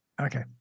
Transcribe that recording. Okay